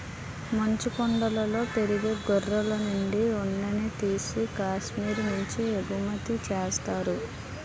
మంచుకొండలలో పెరిగే గొర్రెలనుండి ఉన్నిని తీసి కాశ్మీరు నుంచి ఎగుమతి చేత్తారు